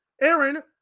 Aaron